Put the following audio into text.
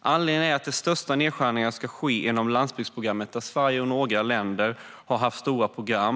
Anledningen är att de största nedskärningarna ska ske inom landsbygdsprogrammet där Sverige och några andra länder har haft stora program.